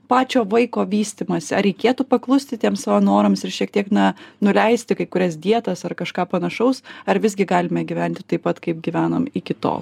pačio vaiko vystymąsi ar reikėtų paklusti tiems savo norams ir šiek tiek na nuleisti kai kurias dietas ar kažką panašaus ar visgi galime gyventi taip pat kaip gyvenom iki to